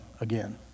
again